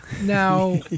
now